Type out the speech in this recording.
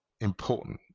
important